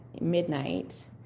midnight